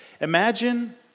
Imagine